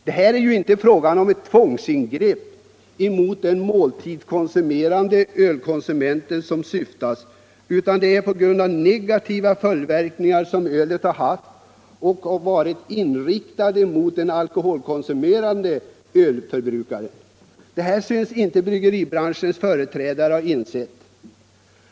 Det är ju ett tvångsingrepp inte mot den måltidskonsumerande ölförbrukaren som åsyftas utan — på grund av de negativa följdverkningarna som mellanölet har haft — mot den alkoholkonsumerande ölförbrukaren. Detta synes inte bryggeribranschens företrädare ha insett.